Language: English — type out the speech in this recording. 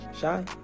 Shy